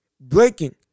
breaking